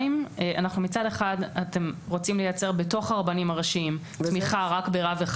מצד אחד אתם רוצים לייצר בתוך הרבנים הראשיים תמיכה רק ברב אחד,